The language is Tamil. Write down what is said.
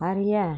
அறிய